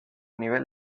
nivel